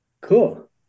Cool